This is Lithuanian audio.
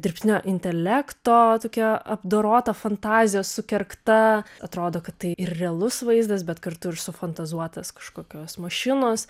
dirbtinio intelekto tokia apdorota fantazijos sukergta atrodo kad tai ir realus vaizdas bet kartu ir sufantazuotas kažkokios mašinos